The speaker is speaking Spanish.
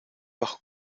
bajo